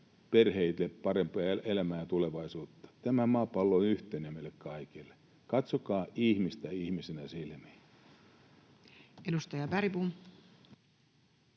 perheilleen parempaa elämää ja tulevaisuutta. Tämä maapallo on yhteinen meille kaikille. Katsokaa ihmistä ihmisenä silmiin.